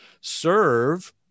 serve